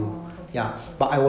orh okay okay